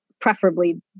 preferably